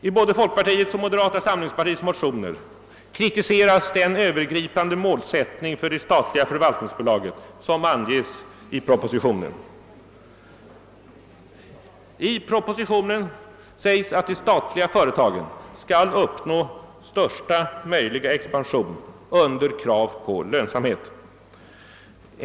I både folkpartiets och moderata samlingspartiets motioner kritiseras den övergripande målsättning för det statliga förvaltningsbolaget som anges i propositionen. I propositionen sägs att de statliga företagen skall uppnå största möjliga expansion under krav på lönsamhet.